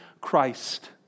Christ